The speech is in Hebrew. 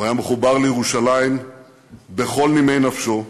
הוא היה מחובר לירושלים בכל נימי נפשו,